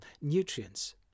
Nutrients